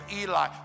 Eli